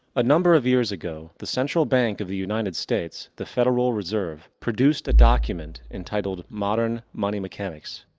a number of years ago, the central bank of the united states, the federal reserve, produced a document entitled modern money mechanics.